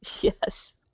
Yes